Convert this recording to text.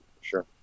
sure